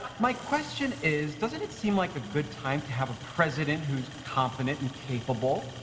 my question is, doesn't it seem like a good time to have a president whose competent and capable,